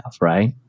right